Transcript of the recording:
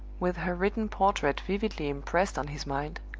with her written portrait vividly impressed on his mind,